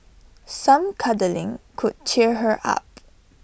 some cuddling could cheer her up